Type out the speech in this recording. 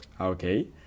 Okay